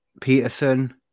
Peterson